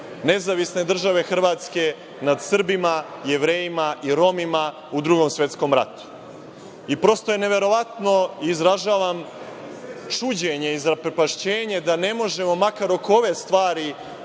Nezavisne države Hrvatske nad Srbima, Jevrejima i Romima u Drugom svetskom ratu. Prosto je neverovatno i izražavam čuđenje i zaprepašćenje da ne možemo makar oko ove stvari